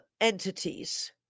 entities